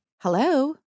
Hello